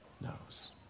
knows